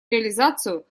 реализацию